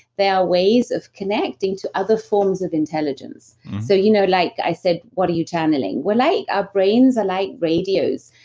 there are ways of connecting to other forms of intelligence so, you know like i said, what are you channeling? like our brains are like radios.